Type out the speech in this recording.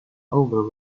over